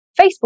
Facebook